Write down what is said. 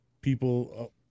people